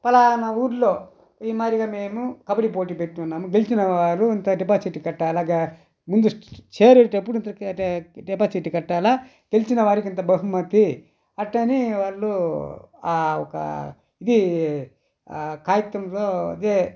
పలానా ఊరిలో ఈ మారిగా మేము కబడి పోటీ పెట్టినాము గెలిచినవారు ఇంత డిపాజిట్ కట్టాల ముందు చేరేటప్పుడు ఇంత డిపాసిటీ కట్టాల గెలిచినవారికి ఇంత బహుమతి అట్టని వాళ్ళు ఒక ఇది కాగితంలో అదే